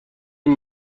این